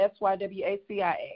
SYWACIA